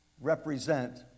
represent